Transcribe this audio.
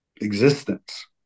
existence